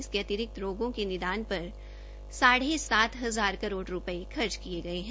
इसकेक अतिरिक्त रोगों के निदान पर साढ़े सात हजार रूपये खर्च किए गए है